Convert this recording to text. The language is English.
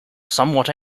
somewhat